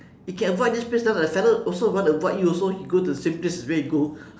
you can avoid this place now the fellow also want to avoid you also he go to the same place as where you go